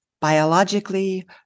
biologically